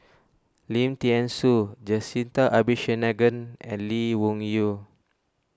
Lim thean Soo Jacintha Abisheganaden and Lee Wung Yew